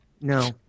No